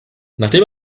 nachdem